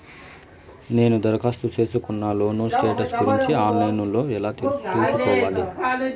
నేను దరఖాస్తు సేసుకున్న లోను స్టేటస్ గురించి ఆన్ లైను లో ఎలా సూసుకోవాలి?